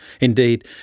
Indeed